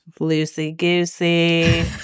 loosey-goosey